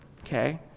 okay